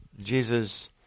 Jesus